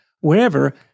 wherever